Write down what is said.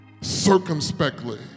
circumspectly